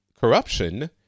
corruption